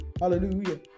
Hallelujah